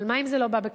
אבל מה אם זה לא בקלות?